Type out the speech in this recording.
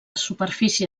superfície